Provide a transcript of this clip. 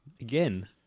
again